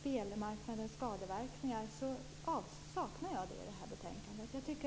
spelmarknadens skadeverkningar i betänkandet.